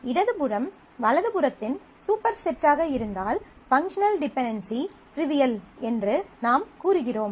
இடது புறம் வலது புறத்தின் சூப்பர்செட்டாக இருந்தால் பங்க்ஷனல் டிபென்டென்சி ட்ரிவியல் என்று நாம் கூறுகிறோம்